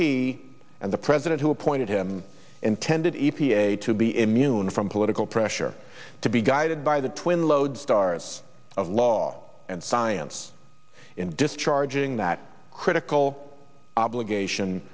he and the president who appointed him intended e p a to be immune from political pressure to be guided by the twin load stars of law and science in discharging that critical obligation